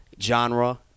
genre